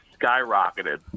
skyrocketed